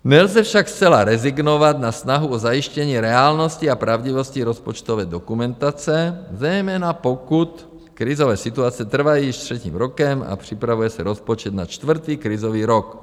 Nelze však zcela rezignovat na snahu o zajištění reálnosti a pravdivosti rozpočtové dokumentace, zejména pokud krizové situace trvají již třetím rokem a připravuje se rozpočet na čtvrtý krizový rok.